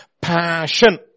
Passion